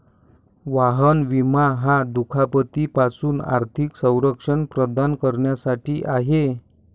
वाहन विमा हा दुखापती पासून आर्थिक संरक्षण प्रदान करण्यासाठी आहे